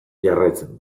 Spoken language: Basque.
jarraitzen